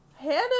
Hannah